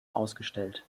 ausgestellt